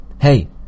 Hey